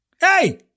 hey